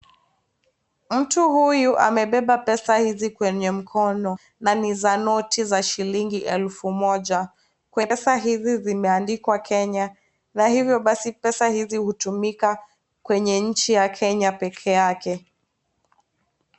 Mtu huyu amebeba pesa hizi kwenye mkono na ni za noti za shilingi elfu moja ,pesa hizi zimeandikwa Kenya na hivyo basi pesa hizi hutumika kwenye nchi ya Kenya peke yake.